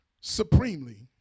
supremely